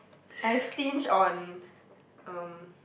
I stinge on um